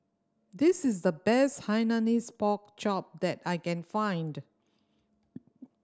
this is the best Hainanese Pork Chop that I can find